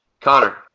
Connor